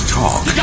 talk